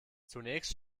zunächst